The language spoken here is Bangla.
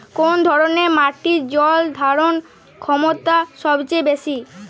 কোন ধরণের মাটির জল ধারণ ক্ষমতা সবচেয়ে বেশি?